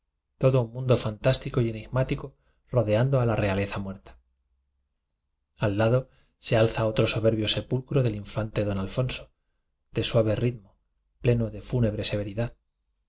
todo un mun do fantástico y enigmático rodeando a la realeza muerta ai lado se alza otro sober bio sepulcro del infante don alfonso de suave ritmo pleno de fúnebre severidad